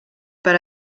per